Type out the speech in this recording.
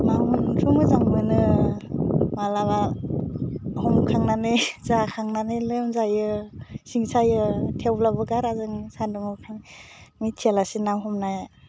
ना हमनोथ' मोजां मोनो मालाबा हमखांनानै जाखांनानै लोंमजायो सिं सायो थेवब्लाबो गारा जों सान्दुं अखा मिथियालासि ना हमनो